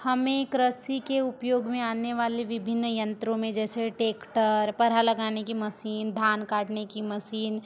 हमें कृषि के उपयोग में आने वाले विभिन्न यंत्रों में जैसे ट्रैक्टर पराहा लगाने की मशीन धान काटने की मशीन